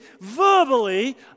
verbally